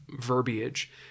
verbiage